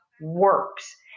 works